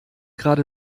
gerade